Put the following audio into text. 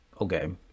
Okay